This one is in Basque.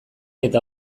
eta